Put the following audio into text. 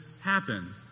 happen